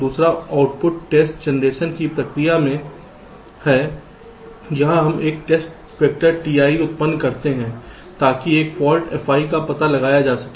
दूसरा उपयोग test generation की प्रक्रिया में है यहाँ हम एक टेस्ट वेक्टर Ti उत्पन्न करते हैं ताकि एक फाल्ट Fi का पता लगाया जा सके